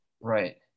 right